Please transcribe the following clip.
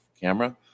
camera